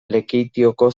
lekeitioko